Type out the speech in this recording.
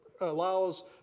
allows